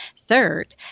Third